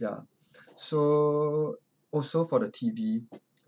ya so also for the T_V